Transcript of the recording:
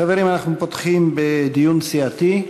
חברים, אנחנו פותחים בדיון סיעתי.